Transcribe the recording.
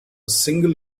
single